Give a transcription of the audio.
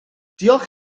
diolch